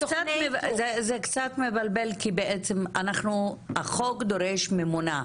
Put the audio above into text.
זה קצת מבלבל כי בעצם החוק דורש ממונה.